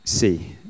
See